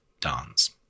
dance